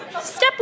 Step